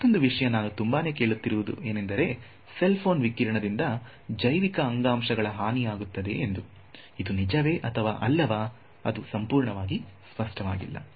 ಮೊತ್ತೊಂದು ವಿಷಯ ನಾವು ತುಂಬಾನೇ ಕೇಳುತ್ತಿರುವುದು ಏನೆಂದರೆ ಸೆಲ್ ಫೋನ್ ವಿಕಿರಣ ದಿಂದ ಜೈವಿಕ ಅಂಗಾಂಶಗಳ ಹಾನಿ ಆಗುತ್ತದೆ ಎಂದು ಇದು ನಿಜವೇ ಅಥವಾ ಅಲ್ಲವಾ ಅದು ಸಂಪೂರ್ಣವಾಗಿ ಸ್ಪಷ್ಟವಾಗಿಲ್ಲ